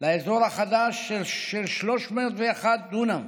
לאזור החדש של 301 דונם